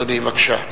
אדוני, בבקשה.